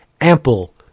ample